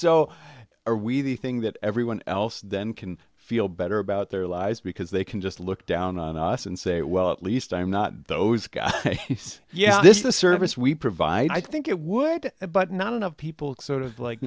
so are we the thing that everyone else then can feel better about their lives because they can just look down on us and say well at least i'm not those guys yeah this is the service we provide i think it would but not enough people sort of like